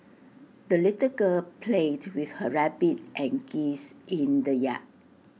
the little girl played with her rabbit and geese in the yard